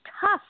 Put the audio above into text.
tough